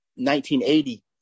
1980